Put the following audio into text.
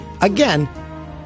Again